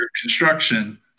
construction